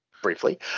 briefly